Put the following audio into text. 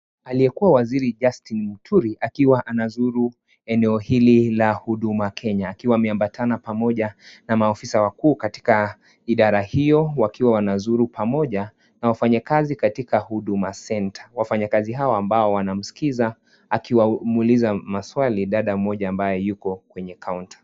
Aliyekuwa waziri Justine Muturi akiwa anazuru eneo hili la huduma Kenya akiwa ameambatana pamoja na maafisa wakuu katika, idara hiyo wakiwa wanazuru pamoja na wafanyikazi katika huduma center. Wafanyakazi hawa ambao wanamskiza, akimuuliza maswali dada mmoja ambaye yuko kwenye kaunta.